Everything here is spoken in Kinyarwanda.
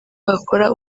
bakora